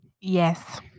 Yes